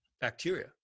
bacteria